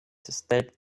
stated